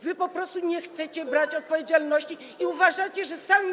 Wy po prostu nie chcecie brać odpowiedzialności i uważacie, że sami.